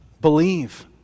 believe